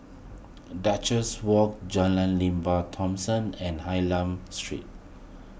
Duchess Walk Jalan Lembah Thomson and Hylam Street